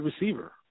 receiver